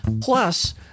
Plus